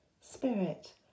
Spirit